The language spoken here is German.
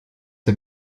der